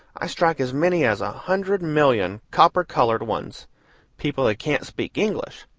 i strike as many as a hundred million copper-colored ones people that can't speak english.